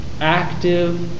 active